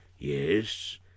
Yes